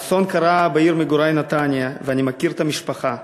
האסון קרה בעיר מגורי נתניה, ואני מכיר את המשפחה.